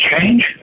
change